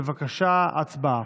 בבקשה, הצבעה.